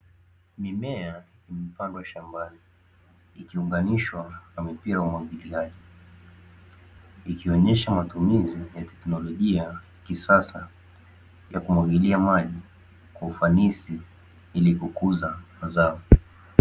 Mimea imepandwa shambani ikiunganishwa na mipira ya umwagiliaji, ikionyesha matumizi ya teknolojia ya kisasa ya kumwagilia maji kwa ufanisi ili kukuza mazao.